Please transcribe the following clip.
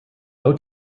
low